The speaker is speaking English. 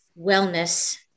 wellness